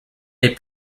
est